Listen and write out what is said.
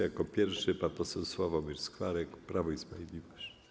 Jako pierwszy pan poseł Sławomir Skwarek, Prawo i Sprawiedliwość.